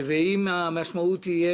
ואם המשמעות תהיה